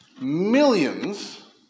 millions